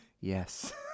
yes